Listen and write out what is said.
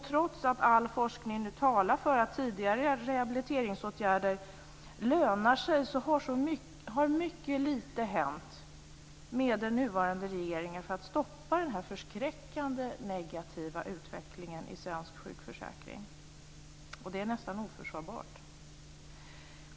Trots att all forskning talar för att tidiga rehabiliteringsåtgärder lönar sig har mycket lite hänt med den nuvarande regeringen för att stoppa den här förskräckande negativa utvecklingen i svensk sjukförsäkring. Det är nästan oförsvarbart.